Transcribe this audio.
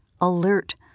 alert